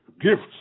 Gifts